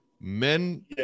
Men